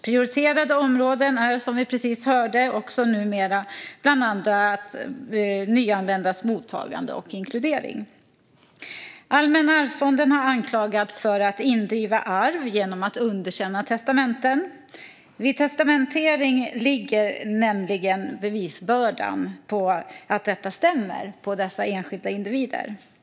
Prioriterade områden är, som vi precis hörde, numera också bland annat nyanländas mottagande och inkludering. Allmänna arvsfonden har anklagats för att indriva arv genom att underkänna testamenten. Vid testamentering ligger nämligen bevisbördan på att detta stämmer på dessa enskilda individer.